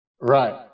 Right